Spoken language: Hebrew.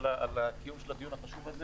על קיום הדיון החשוב הזה,